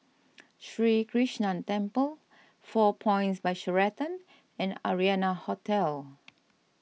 Sri Krishnan Temple four Points By Sheraton and Arianna Hotel